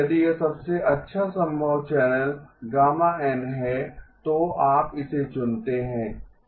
यदि यह सबसे अच्छा संभव चैनल γn है तो आप इसे चुनते हैं